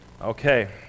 Okay